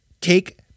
take